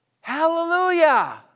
Hallelujah